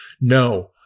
No